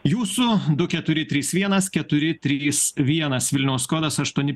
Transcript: jūsų du keturi trys vienas keturi trys vienas vilniaus kodas aštuoni